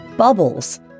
Bubbles